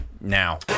now